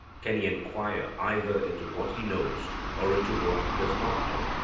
can he enquire either into what he knows or into what he does not know?